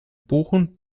buchen